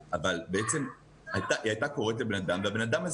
בעצם היא הייתה קוראת לבן אדם והבן אדם,